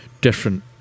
different